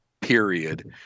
period